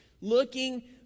looking